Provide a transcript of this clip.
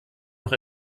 noch